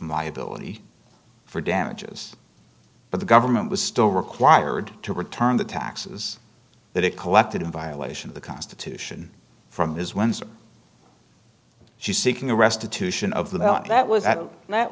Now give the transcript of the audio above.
liability for damages but the government was still required to return the taxes that it collected in violation of the constitution from his windsor she's seeking a restitution of the well that was at that